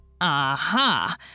Aha